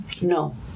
No